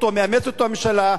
מאמצת את הדוח הזה,